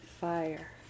fire